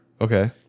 Okay